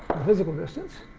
physical distance.